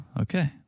Okay